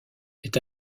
est